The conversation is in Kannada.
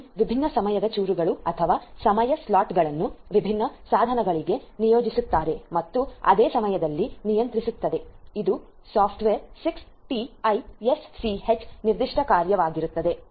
ಈ ವಿಭಿನ್ನ ಸಮಯದ ಚೂರುಗಳು ಅಥವಾ ಸಮಯ ಸ್ಲಾಟ್ಗಳನ್ನು ವಿಭಿನ್ನ ಸಾಧನಗಳಿಗೆ ನಿಯೋಜಿಸುತ್ತಾರೆ ಮತ್ತು ಅದೇ ಸಮಯದಲ್ಲಿ ನಿಯಂತ್ರಿಸುತ್ತದೆ ಇದು ಸಾಫ್ಟ್ವೇರ್ 6TiSCH ನಿರ್ದಿಷ್ಟ ಕಾರ್ಯ ವಾಗಿರುತ್ತದೆ